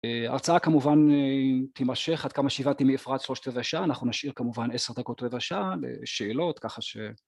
ההרצאה כמובן תימשך עד כמה שהבנתי מאפרת שלושת רבעי שעה, אנחנו נשאיר כמובן עשר דקות רבע שעה לשאלות ככה ש...